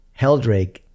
Heldrake